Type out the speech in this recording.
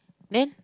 then